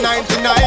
99